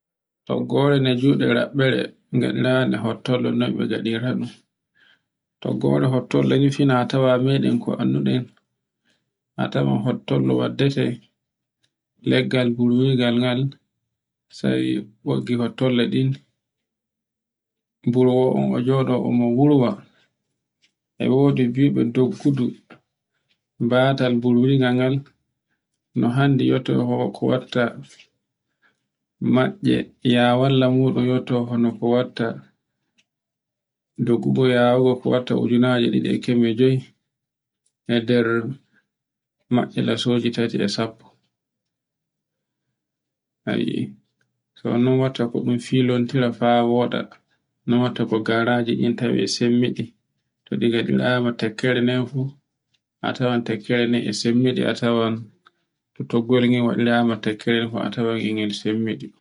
Toggore ne jude raɓɓere ngaɗirande hottolo noy be ngaɗirta ɗun, toggore hottole wittina tawa meden a ko annduɗen, a tawan hottolo waddete, leggal buwirgal ngal, sai ɗoggi hottole ɗin buro wo on o joɗo on mo wurwa e wodi biɗo doggudu, batal buwirgal ngal, no hande yeto ho ko watta, matce, ya walla muɗum yotto hono ko watta doggugo yawugo watta ujinaje ɗiɗi e kemɓe jewi e nder maccila soji tati e sappo. a yi'i so a non watta ko ɗun filontira faa woɗa, no watta ko hgaraji ɗin tawe sembiɗi to ɗi ngaɗirama tekkere nden fu a tawan tekkere nde a sembidi a tawan to toggore nden waɗira ma tekkere a tawan to ngel sembiɗi.